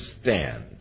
stand